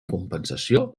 compensació